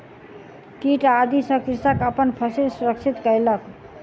कीट आदि सॅ कृषक अपन फसिल सुरक्षित कयलक